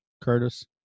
Curtis